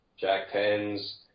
jack-tens